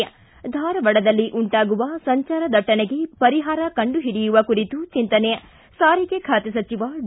ಿ ಧಾರವಾಡದಲ್ಲಿ ಉಂಟಾಗುವ ಸಂಚಾರ ದಟ್ಟಣೆಗೆ ಪರಿಹಾರ ಕಂಡುಹಿಡಿಯುವ ಕುರಿತು ಚಿಂತನೆ ಸಾರಿಗೆ ಖಾತೆ ಸಚಿವ ಡಿ